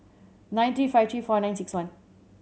nine three five three four nine six one